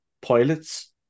pilots